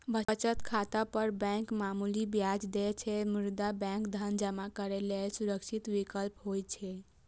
बचत खाता पर बैंक मामूली ब्याज दै छै, मुदा बैंक धन जमा करै लेल सुरक्षित विकल्प होइ छै